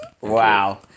Wow